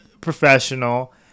professional